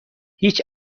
هیچ